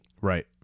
Right